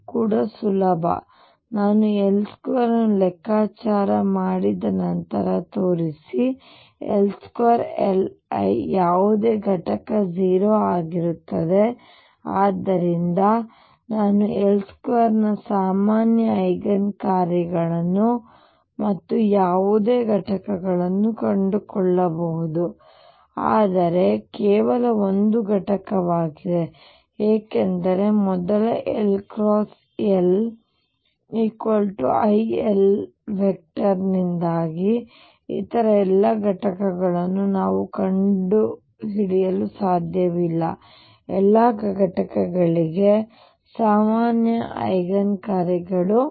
ಇದು ಕೂಡ ಸುಲಭ ನಾನು L2 ಅನ್ನು ಲೆಕ್ಕಾಚಾರ ಮಾಡಿದ ನಂತರ ತೋರಿಸಿ L2 Li ಯಾವುದೇ ಘಟಕ 0 ಆಗಿರುತ್ತದೆ ಆದ್ದರಿಂದ ನಾನು L2 ನ ಸಾಮಾನ್ಯ ಐಗನ್ ಕಾರ್ಯಗಳನ್ನು ಮತ್ತು ಯಾವುದೇ ಘಟಕವನ್ನು ಕಂಡುಕೊಳ್ಳಬಹುದು ಆದರೆ ಕೇವಲ ಒಂದು ಘಟಕವಾಗಿದೆ ಏಕೆಂದರೆ ಮೊದಲ LLiL ನಿಂದಾಗಿ ಇತರ ಎಲ್ಲ ಘಟಕಗಳನ್ನು ನಾನು ಕಂಡುಹಿಡಿಯಲು ಸಾಧ್ಯವಿಲ್ಲ ಎಲ್ಲಾ ಘಟಕಗಳಿಗೆ ಸಾಮಾನ್ಯ ಐಗನ್ ಕಾರ್ಯಗಳು